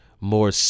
more